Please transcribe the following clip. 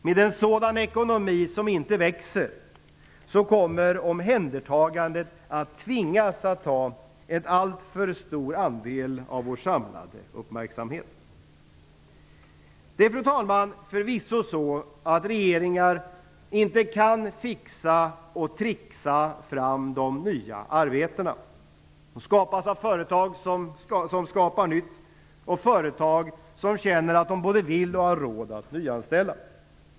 Med en sådan ekonomi, som inte växer, kommer omhändertagandet att tvingas ta en alltför stor andel av vår samlade uppmärksamhet. Det är, fru talman, förvisso så att regeringar inte kan fixa och trixa fram de nya arbetena. De skapas av företag som skapar nytt och som känner att de både vill och har råd med att nyanställa.